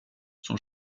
son